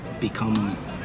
become